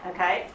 Okay